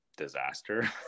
disaster